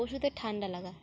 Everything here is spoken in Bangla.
পশুদের ঠান্ডা লাগা